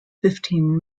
fifteen